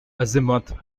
azimuth